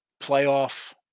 playoff